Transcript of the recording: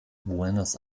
buenos